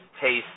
taste